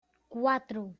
cuatro